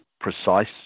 precise